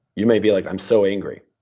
you may be like i'm so angry.